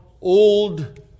old